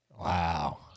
Wow